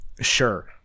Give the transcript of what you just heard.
sure